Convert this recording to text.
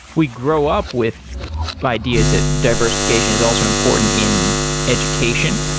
we grow up with ideas that diversification is also important in education.